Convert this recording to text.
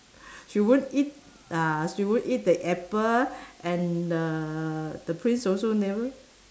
she won't eat ah she won't eat the apple and uh the prince also never